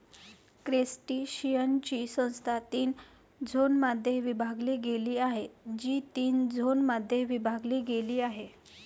क्रस्टेशियन्सची संस्था तीन झोनमध्ये विभागली गेली आहे, जी तीन झोनमध्ये विभागली गेली आहे